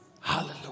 Hallelujah